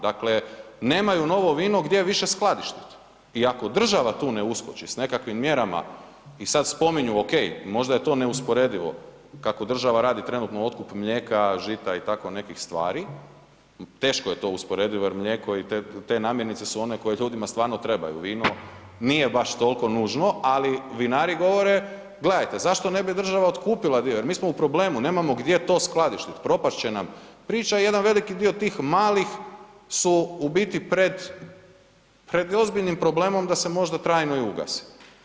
Dakle, nemaju novo vino gdje više skladištit i ako država tu ne uskoči s nekakvim mjerama i sad spominju, ok, možda je to neusporedivo, kako država trenutno otkup mlijeka, žita i tako nekih stvari, teško je to usporedivo jer mlijeko i te namirnice su one koje ljudima stvarno trebaju, vino nije baš toliko nužno ali vinari govore, gledajte zašto ne bi država otkupila dio, mi smo u problemu, nemamo gdje to skladištiti, propast će nam priča i jedan veliki dio tih malih su u biti pred ozbiljnim problemom da se možda trajno i ugase.